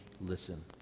listen